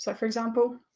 so for example,